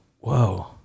whoa